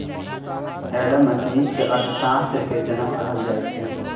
Adam Smith केँ अर्थशास्त्र केर जनक कहल जाइ छै